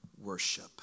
worship